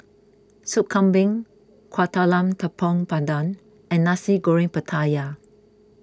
Sup Kambing Kuih Talam Tepong Pandan and Nasi Goreng Pattaya